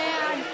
Man